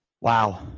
Wow